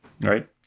Right